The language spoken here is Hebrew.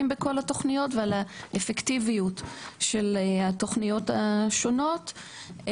בכל התכניות ועל האפקטיביות של התכניות השונות.